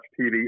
TV